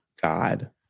God